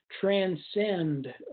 transcend